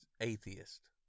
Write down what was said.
atheist